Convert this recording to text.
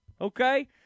okay